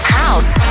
house